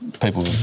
People